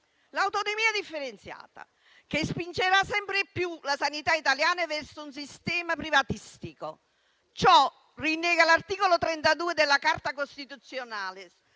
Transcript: L'autonomia differenziata, che spingerà sempre più la sanità italiane verso un sistema privatistico. Ciò rinnega l'articolo 32 della Carta costituzionale,